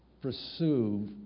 Pursue